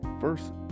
first